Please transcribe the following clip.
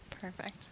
Perfect